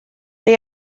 they